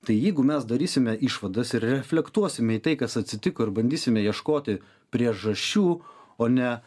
tai jeigu mes darysime išvadas reflektuosime į tai kas atsitiko ir bandysime ieškoti priežasčių o ne